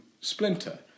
splinter